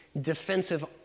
defensive